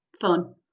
Fun